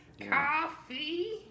Coffee